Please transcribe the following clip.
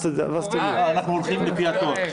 לוועדת כלכלה: